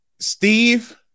Steve